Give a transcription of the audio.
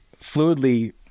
fluidly